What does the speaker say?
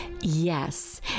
Yes